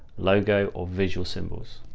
logo, or visual symbols,